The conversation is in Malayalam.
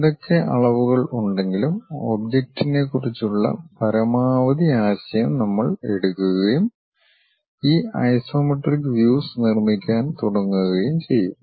ഏതൊക്കെ അളവുകൾ ഉണ്ടെങ്കിലും ഒബ്ജക്റ്റിനെക്കുറിച്ചുള്ള പരമാവധി ആശയം നമ്മൾ എടുക്കുകയും ഈ ഐസോമെട്രിക് വ്യൂസ് നിർമ്മിക്കാൻ തുടങ്ങുകയും ചെയ്യും